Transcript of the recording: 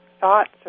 thoughts